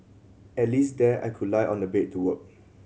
at least there I could lie on the bed to work